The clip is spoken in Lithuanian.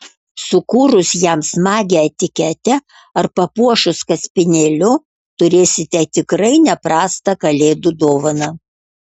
sukūrus jam smagią etiketę ar papuošus kaspinėliu turėsite tikrai ne prastą kalėdų dovaną